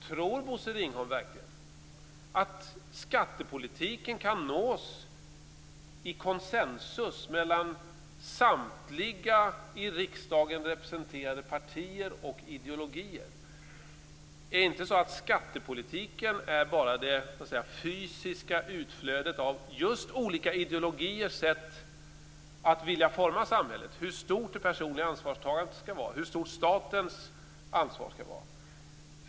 Tror Bosse Ringholm verkligen att skattepolitiken kan nås i konsensus mellan samtliga i riksdagen representerade partier och ideologier? Är det inte så att skattepolitiken bara är det fysiska utflödet av just olika ideologiers sätt att vilja forma samhället - hur stort det personliga ansvarstagandet skall vara, hur stort statens ansvar skall vara?